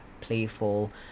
playful